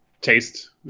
taste